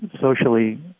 socially